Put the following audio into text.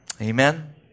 Amen